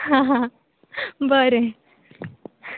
बरें